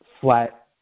flat